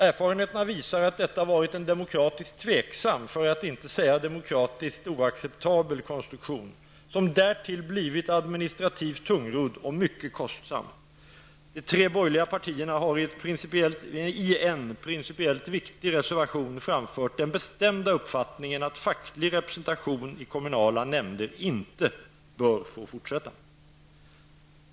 Erfarenheterna visar att detta varit en demokratisk tveksam, för att inte säga demokratiskt oacceptabel konstruktion, som därtill varit administrativt tungrodd och mycket kostsam. De tre borgerliga partierna har i en principiellt viktig reservation framfört den bestämda uppfattningen att facklig representation i kommunala nämnder inte bör få fortsätta.